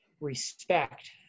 respect